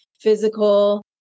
physical